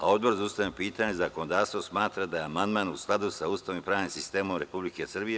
Odbor za ustavna pitanja i zakonodavstvo smatra da je amandman u skladu sa Ustavom i pravnim sistemom Republike Srbije.